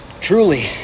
truly